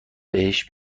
بهش